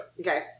Okay